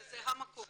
זה המקום.